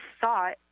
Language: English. thought